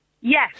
yes